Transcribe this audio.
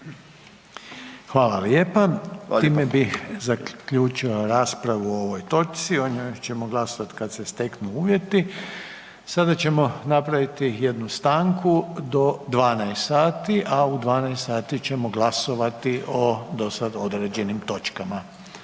Hvala lijepa. Time bih zaključio raspravu o ovoj točci, o njoj ćemo glasovati kada se steknu uvjeti. Sada ćemo napraviti jednu stanku do 12,00, a u 12,00 sati ćemo glasovati o do sad odrađenim točkama.